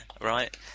Right